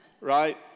right